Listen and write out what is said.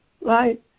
Right